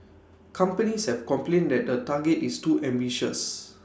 companies have complained that the target is too ambitious